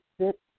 sit